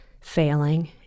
failing